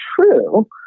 true